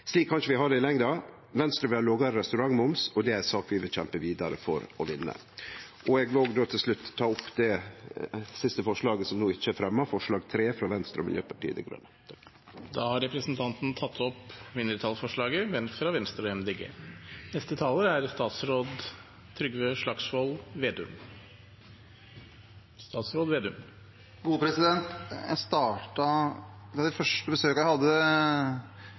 Slik kan vi ikkje ha det i lengda. Venstre vil ha lågare restaurantmoms, og det er ei sak vi vil kjempe vidare for å vinne. Eg vil òg, til slutt, ta opp det siste forslaget, som no ikkje er fremja, forslag nr. 3, frå Venstre og Miljøpartiet Dei Grøne. Da har representanten Alfred Jens Bjørlo tatt opp det forslaget han refererte til. Et av de første besøkene jeg hadde som statsråd i dette arbeidsåret, var hos reiselivsbransjen i Trysil, og jeg møtte en bransje som hadde